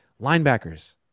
linebackers